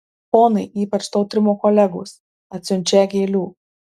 ponai ypač tautrimo kolegos atsiunčią gėlių